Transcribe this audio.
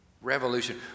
revolution